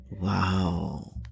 Wow